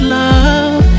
love